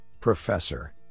professor